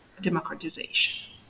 democratization